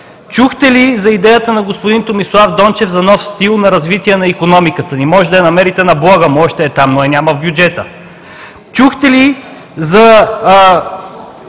Чухте ли за идеята на господин Томислав Дончев за нов стил на развитие на икономиката ни? Можете да я намерите на блога му, още е там, но я няма в бюджета. Чухте ли за